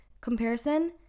Comparison